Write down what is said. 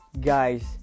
guys